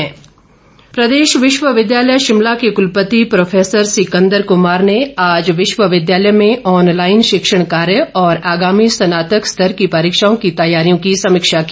कुलपति प्रदेश विश्वविद्यालय शिमला के कुलपति प्रोफेसर सिकंदर कुमार ने आज विश्वविद्यालय में ऑनलाईन शिक्षण कार्य और आगामी स्नातक स्तर को परीक्षाओं की तैयारियों की समीक्षा की